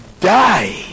die